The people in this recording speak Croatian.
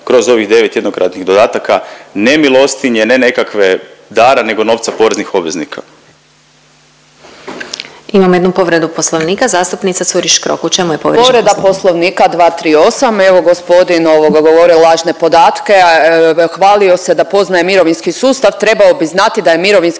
kroz ovih 9 jednokratnih dodataka, ne milostinje, ne nekakve dara, nego novca poreznih obveznika.